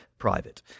private